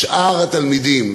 באשר לשאר התלמידים,